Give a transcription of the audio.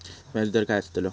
व्याज दर काय आस्तलो?